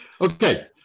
Okay